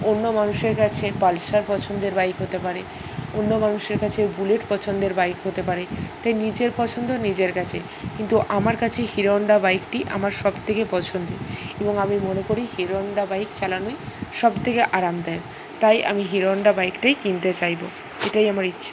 অন্য মানুষের কাছে পালসার পছন্দের বাইক হতে পারে অন্য মানুষের কাছে বুলেট পছন্দের বাইক হতে পারে তাই নিজের পছন্দ নিজের কাছে কিন্তু আমার কাছে হিরোহন্ডা বাইকটি আমার সব থেকে পছন্দের এবং আমি মনে করি হিরোহন্ডা বাইক চালানোই সব থেকে আরামদায়ক তাই আমি হিরোহন্ডা বাইকটাই কিনতে চাইবো এটাই আমার ইচ্ছা